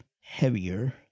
heavier